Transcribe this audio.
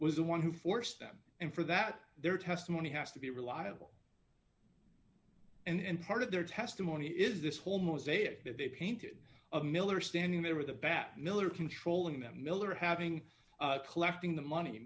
was the one who forced them and for that their testimony has to be reliable and part of their testimony is this whole mosaic that they painted of miller standing there with a bat miller controlling them miller having collecting the money